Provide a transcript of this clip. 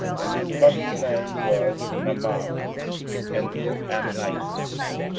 and his mother's name was naamah an ammonitess.